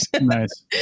Nice